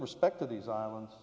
respect to these islands